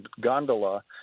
gondola